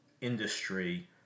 industry